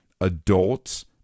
adults